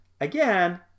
again